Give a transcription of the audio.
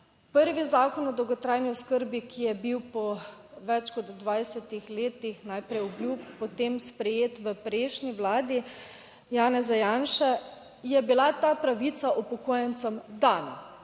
prvi zakon o dolgotrajni oskrbi, ki je bil po več kot 20 letih najprej bil potem sprejet v prejšnji vladi Janeza Janše, je bila ta pravica upokojencem dan